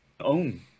own